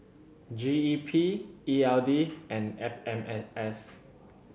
G E P E L D and F M S S